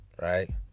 right